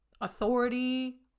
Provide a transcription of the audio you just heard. authority